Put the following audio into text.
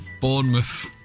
Bournemouth